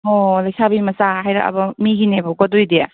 ꯑꯣ ꯂꯩꯁꯥꯕꯤ ꯃꯆꯥ ꯍꯥꯏꯔꯛꯑꯕ ꯃꯤꯒꯤꯅꯦꯕꯀꯣ ꯑꯗꯨꯏꯗꯤ